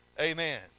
Amen